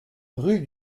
rue